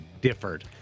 differed